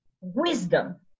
wisdom